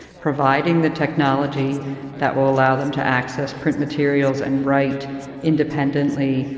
providing the technology that will allow them to access print materials and write independently.